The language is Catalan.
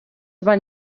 van